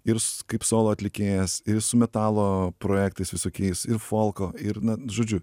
ir kaip solo atlikėjas ir su metalo projektais visokiais ir folko ir na žodžiu